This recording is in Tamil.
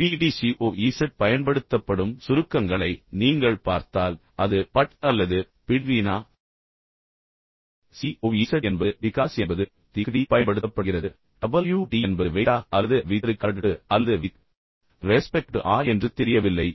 B T C O Z பயன்படுத்தப்படும் சுருக்கங்களை நீங்கள் பார்த்தால் அது பட் அல்லது பிட்வீனா COZ என்பது பிகாஸ் என்பது தி க்கு D பயன்படுத்தப்படுகிறது WT என்பதை வெய்ட்டா அல்லது வித் ரிக்கார்டு டு அல்லது வித் ரெஸ்பெக்ட் டு ஆ என்று தெரியவில்லை